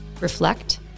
reflect